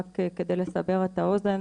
רק כדי לדבר את האוזן,